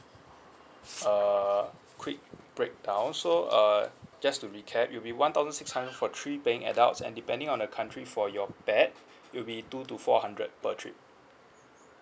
uh quick break down so uh just to recap it will be one thousand six hundred for three paying adults and depending on the country for your pet it will be two to four hundred per trip